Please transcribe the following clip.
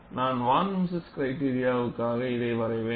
நான் von Mises yield கிரைடிரியாகாக இதை வரைவேன்